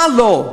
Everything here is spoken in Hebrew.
מה לא.